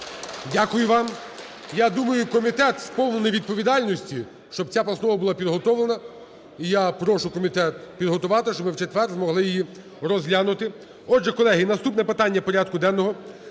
Дякую вам. Я думаю комітет, сповнений відповідальності, щоб ця постанова була підготовлена. І я прошу комітет підготувати, щоб ми в четвер змогли її розглянути. Отже, колеги, наступне питання порядку денного